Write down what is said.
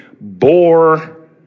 bore